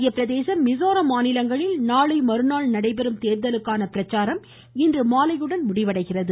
மத்திய பிரதேசம் மிஸோரம் மாநிலங்களில் நாளைமறுநாள் நடைபெறும் தேர்தலுக்கான பிரச்சாரம் இன்று மாலையுடன் முடிவடைகிறது